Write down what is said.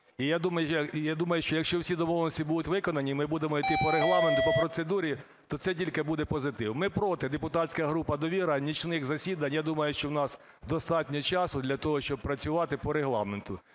І я думаю, що якщо всі домовленості будуть виконані, і ми будемо йти по Регламенту, по процедурі, то це буде тільки позитив. Ми проти, депутатська група "Довіра", нічних засідань. Я думаю, що у нас достатньо часу для того, щоб працювати по Регламенту.